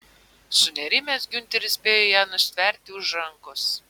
sunerimęs giunteris spėjo ją nustverti už rankos